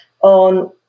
on